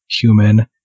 human